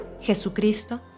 Jesucristo